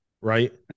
right